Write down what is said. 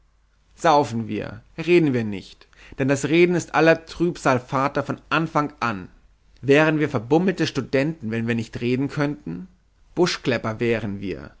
saufen wir reden wir nicht denn das reden ist aller trübsal vater von anfang an wären wir verbummelte studenten wenn wir nicht reden könnten buschklepper wären wir